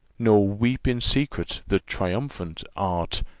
nor weep in secret the triumphant art,